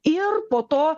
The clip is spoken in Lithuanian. ir po to